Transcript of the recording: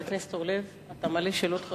חבר הכנסת אורלב, אתה מעלה שאלות חשובות,